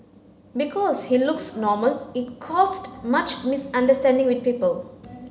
because he looks normal it caused much misunderstanding with people